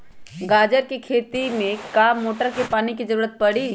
गाजर के खेती में का मोटर के पानी के ज़रूरत परी?